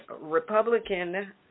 Republican